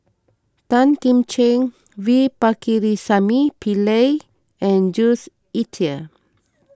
Tan Kim Ching V Pakirisamy Pillai and Jules Itier